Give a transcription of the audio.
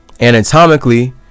Anatomically